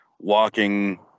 walking